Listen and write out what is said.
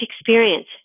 experience